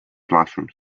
classroom